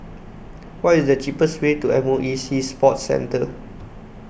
What IS The cheapest Way to M O E Sea Sports Centre